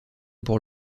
pour